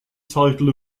title